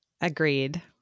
Agreed